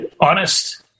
Honest